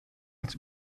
als